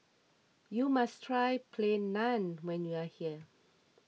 you must try Plain Naan when you are here